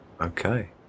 Okay